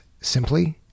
simply